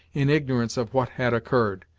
in ignorance of what had occurred,